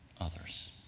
others